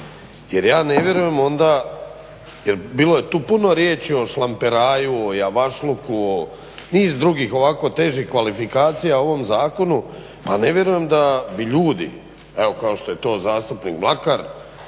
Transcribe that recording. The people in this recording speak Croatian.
Jer ja ne vjerujem onda, jer bilo je tu puno riječi o šlamperaju, o javašluku, o niz drugih ovako težih kvalifikacija o ovom zakonu. Pa ne vjerujem da bi ljudi evo kao što je to zastupnik Mlakar